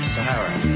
Sahara